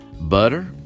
butter